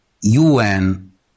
UN